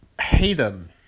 Hayden